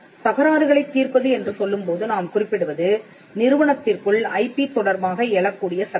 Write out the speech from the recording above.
தகராறுகளைத் தீர்ப்பது என்று சொல்லும்போது நாம் குறிப்பிடுவது நிறுவனத்திற்குள் ஐபி தொடர்பாக எழக்கூடிய சர்ச்சைகள்